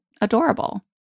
adorable